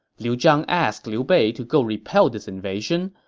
liu zhang asked liu bei to go repel this invasion.